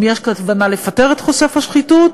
אם יש כוונה לפטר את חושף השחיתות,